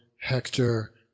hector